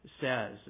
says